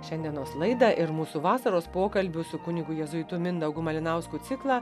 šiandienos laidą ir mūsų vasaros pokalbį su kunigu jėzuitu mindaugu malinausku ciklą